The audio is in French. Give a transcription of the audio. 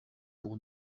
pour